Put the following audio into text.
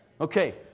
Okay